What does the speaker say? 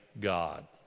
God